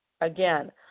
Again